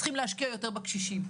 צריכים להשקיע יותר בקשישים,